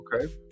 Okay